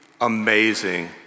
amazing